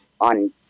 on